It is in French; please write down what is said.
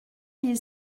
mille